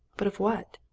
but of what?